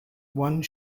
one